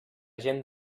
gent